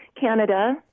Canada